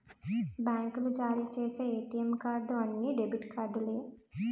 బ్యాంకులు జారీ చేసి ఏటీఎం కార్డు అన్ని డెబిట్ కార్డులే